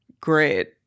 great